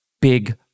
big